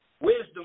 wisdom